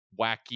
wacky